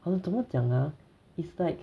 好像怎么讲啊 is like